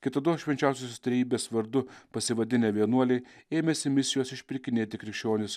kitados švenčiausios trejybės vardu pasivadinę vienuoliai ėmėsi misijos išpirkinėti krikščionis